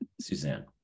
Suzanne